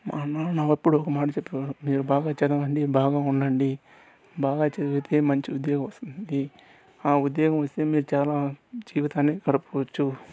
మా నాన్న ఎప్పుడు ఒక మాట చెప్పేవారు మీరు బాగా చదవండి బాగా ఉండండి బాగా చదివితే మంచి ఉద్యోగం వస్తుంది ఆ ఉద్యోగం వస్తే మీరు చాలా జీవితాన్ని గడుపుకోవచ్చు